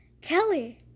Kelly